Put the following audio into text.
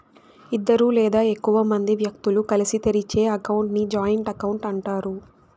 ఇద్దరు లేదా ఎక్కువ మంది వ్యక్తులు కలిసి తెరిచే అకౌంట్ ని జాయింట్ అకౌంట్ అంటారు